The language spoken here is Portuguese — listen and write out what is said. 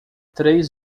três